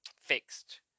fixed